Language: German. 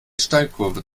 steilkurve